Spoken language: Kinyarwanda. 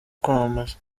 kwamamaza